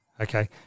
Okay